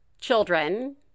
children